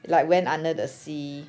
like went under the sea